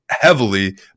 heavily